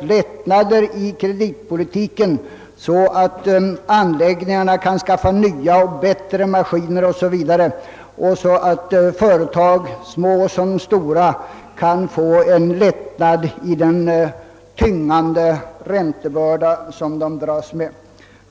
lättnader i kreditpolitiken, så att anläggningarna kan förses med nya och bättre maskiner 0. s. v. och företagen, såväl små som stora, kan få en lättnad i den tyngande räntebörda som de dras med.